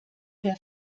der